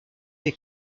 des